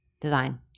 design